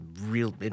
real